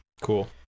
Cool